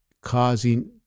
causing